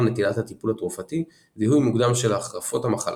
נטילת הטיפול התרופתי זיהוי מוקדם של החרפות המחלה.